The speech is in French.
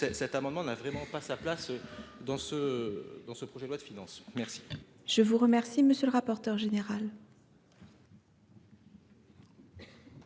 Cet amendement n’a vraiment pas sa place dans ce projet de loi de finances. La